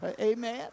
Amen